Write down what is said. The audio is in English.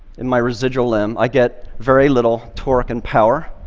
in my residual limb, i get very little torque and power,